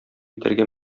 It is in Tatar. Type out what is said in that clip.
итәргә